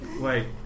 wait